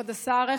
כבוד השר,